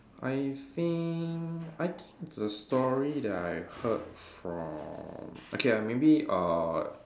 I think I think the story that I heard from okay ah maybe uh